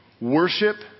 worship